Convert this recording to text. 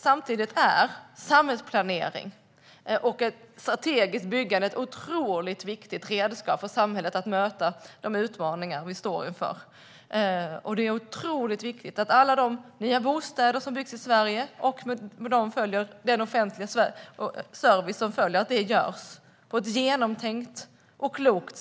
Samtidigt är samhällsplanering och strategiskt byggande ett viktigt redskap för samhället att möta de utmaningar vi står inför. Det är otroligt viktigt att med alla nya bostäder som byggs i Sverige följer en offentlig service som är genomtänkt och klok.